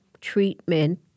treatment